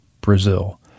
Brazil